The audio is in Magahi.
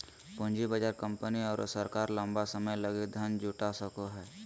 पूँजी बाजार कंपनी आरो सरकार लंबा समय लगी धन जुटा सको हइ